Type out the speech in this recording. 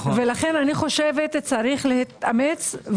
לכן אני חושבת שיש להתאמץ.